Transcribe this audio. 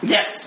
Yes